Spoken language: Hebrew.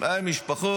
והיו להם משפחות.